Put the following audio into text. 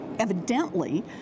Evidently